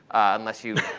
unless you